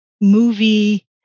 movie